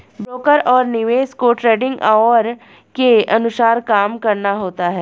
broker और निवेशक को ट्रेडिंग ऑवर के अनुसार काम करना होता है